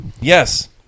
yes